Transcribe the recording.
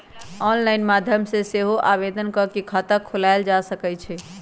online माध्यम से सेहो आवेदन कऽ के खता खोलायल जा सकइ छइ